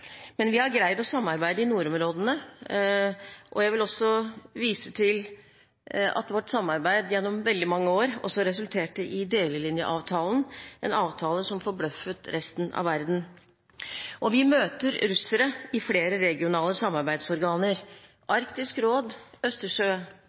men vi har greid å samarbeide i nordområdene, og jeg vil også vise til at vårt samarbeid gjennom veldig mange år også resulterte i delelinjeavtalen, en avtale som forbløffet resten av verden. Vi møter russere i flere regionale samarbeidsorganer